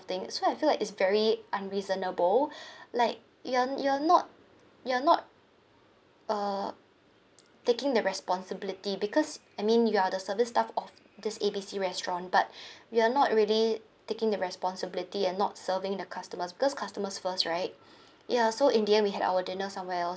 thing so I feel like it's very unreasonable like you are you are not you are not err taking the responsibility because I mean you are the service staff of this A B C restaurant but you are not really taking the responsibility and not serving the customer because customer first right ya so in the end we had our dinner somewhere else